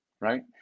right